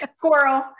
coral